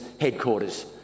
headquarters